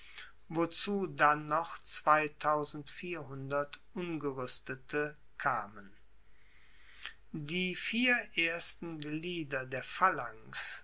wozu dann noch ungeruestete kamen die vier ersten glieder der phalanx